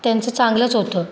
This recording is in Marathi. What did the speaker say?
त्यांचं चांगलंच होतं